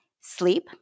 sleep